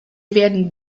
werden